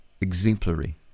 exemplary